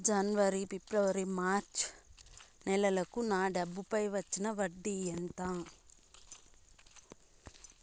జనవరి, ఫిబ్రవరి, మార్చ్ నెలలకు నా డబ్బుపై వచ్చిన వడ్డీ ఎంత